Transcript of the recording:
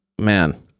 Man